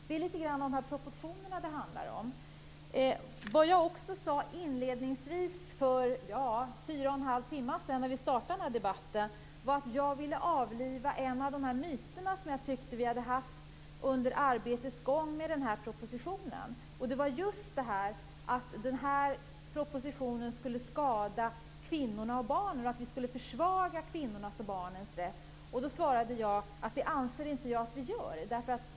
Det är litet grand de proportionerna det handlar om. Det jag också sade inledningsvis för fyra och en halv timme sedan, när vi startade den här debatten, var att jag ville avliva en av de myter som jag tyckte att vi hade haft under arbetets gång med den här propositionen. Det var just att förslagen i propositionen skulle skada kvinnorna och barnen, att vi skulle försvaga kvinnornas och barnens rätt. Då svarade jag att jag inte anser att vi gör det.